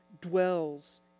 dwells